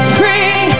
free